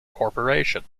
corporation